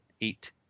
eight